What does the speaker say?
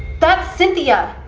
that's cynthia?